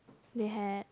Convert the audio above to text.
they had